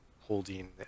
holding